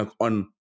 on